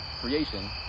creation